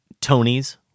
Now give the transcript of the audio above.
Tonys